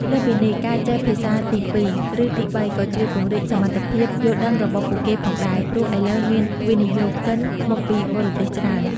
លើសពីនេះ ការចេះភាសាទីពីរ ឬទីបីក៏ជួយពង្រីកសមត្ថភាពយល់ដឹងរបស់ពួកគេផងដែរ ព្រោះឥឡូវមានវិនិយោគិនមកពីបរទេសច្រើន។